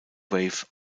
wave